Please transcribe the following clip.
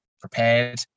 prepared